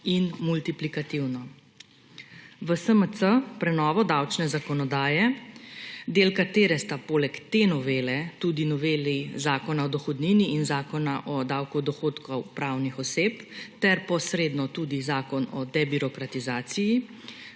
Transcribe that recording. in multiplikativno. V SMC prenovo davčne zakonodaje, del katere sta poleg te novele tudi noveli Zakona o dohodnini in Zakona o davku od dohodkov pravnih oseb ter posredno tudi Zakon o debirokratizaciji,